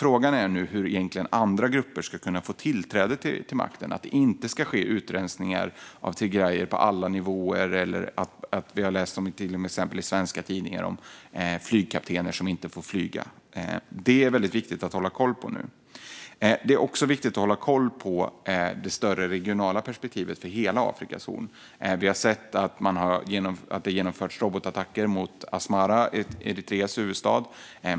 Frågan är nu hur andra grupper egentligen ska kunna få tillträde till makten så att det inte sker utrensningar av tigreaner på alla nivåer eller att till exempel flygkaptener inte får flyga, som vi har läst om i svenska tidningar. Det är väldigt viktigt att hålla koll på detta nu. Det är även viktigt att hålla koll på det större regionala perspektivet för hela Afrikas horn. Vi har sett att robotattacker har genomförts mot Eritreas huvudstad Asmera.